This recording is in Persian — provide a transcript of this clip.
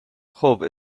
خوب